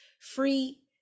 free